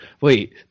Wait